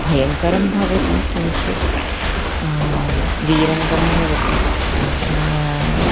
भयङ्करं भवति किञ्चित् वीरङ्गं भवति